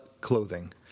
clothing